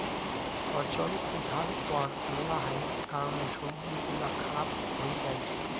ফছল উঠার পর মেলহাই কারণে সবজি গুলা খারাপ হই যাই